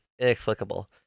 inexplicable